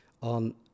on